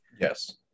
yes